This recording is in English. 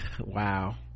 wow